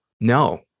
no